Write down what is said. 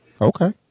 Okay